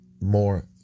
more